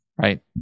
right